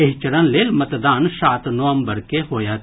एहि चरण लेल मतदान सात नवम्बर के होयत